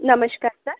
नमश्कार सर